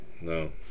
No